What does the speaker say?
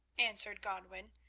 answered godwin,